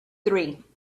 three